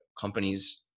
companies